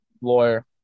Lawyer